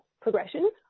progression